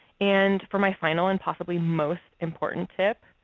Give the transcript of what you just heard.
and for my final and possibly most important tip,